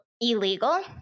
illegal